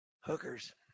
hookers